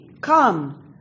Come